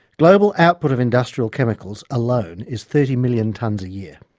global output of industrial chemicals alone is thirty million tonnes a year,